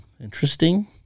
interesting